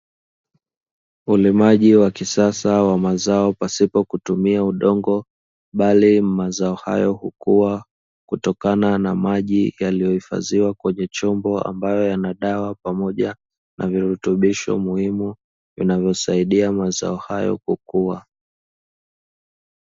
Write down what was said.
Ulimaji wa kisasa wa mazao pasipo kutumia udongo, bali mazao hayo kukua kutokana na maji yaliyohifadhiwa kwenye chombo ambayo yana dawa pamoja na virutubisho muhimu, vinavyosaidia mazao hayo kukua.